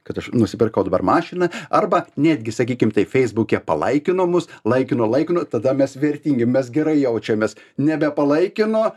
kad aš nusipirkau dabar mašiną arba netgi sakykim taip feisbuke palaikino mus laikino laikino tada mes vertingi mes gerai jaučiamės nebepalaikino